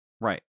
Right